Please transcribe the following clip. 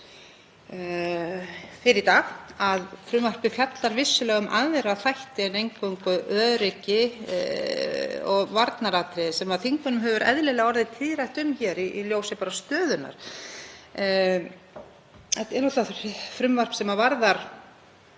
fyrr í dag að frumvarpið fjallar vissulega um aðra þætti en eingöngu öryggi og varnaratriði sem þingmönnum hefur eðlilega orðið tíðrætt um hér í ljósi stöðunnar. Þetta er frumvarp sem varðar